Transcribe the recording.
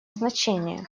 значение